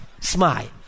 Smile